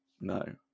no